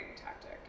tactic